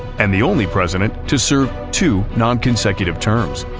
and the only president to serve two non-consecutive terms.